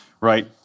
right